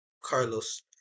Carlos